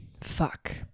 Fuck